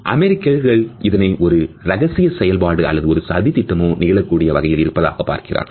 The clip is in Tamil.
அமெரிக்கர்கள் இதனை ஒரு ரகசிய செயல்பாடு அல்லது ஒரு சதித் திட்டமோ நிகழக்கூடிய வகையில் இருப்பதாக பார்க்கின்றனர்